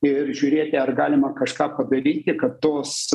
ir žiūrėti ar galima kažką padaryti kad tos